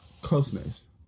closeness